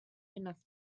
enough